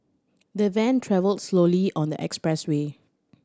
the van travelled slowly on the expressway